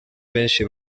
benshi